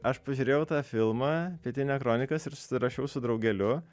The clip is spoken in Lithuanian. aš pažiūrėjau tą filmą pietinia kronikas ir susirašiau su draugeliu